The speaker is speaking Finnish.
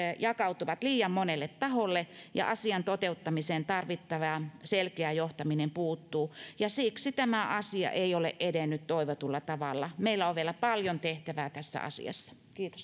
jakautuvat liian monelle taholle ja asian toteuttamiseen tarvittava selkeä johtaminen puuttuu ja siksi tämä asia ei ole edennyt toivotulla tavalla meillä on vielä paljon tehtävää tässä asiassa